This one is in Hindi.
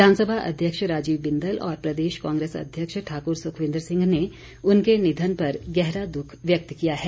विधानसभा अध्यक्ष राजीव बिंदल और प्रदेश कांग्रेस अध्यक्ष ठाकुर सुखविंदर सिंह ने उनके निधन पर गहरा दुख व्यक्त किया है